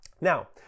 Now